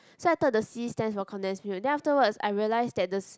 so I thought the word C stands for condensed milk then afterward I realised that the